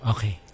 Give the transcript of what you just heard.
Okay